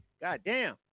Goddamn